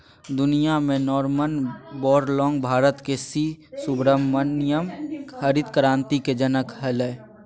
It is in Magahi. दुनिया में नॉरमन वोरलॉग भारत के सी सुब्रमण्यम हरित क्रांति के जनक हलई